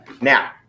now